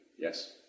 Yes